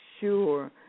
sure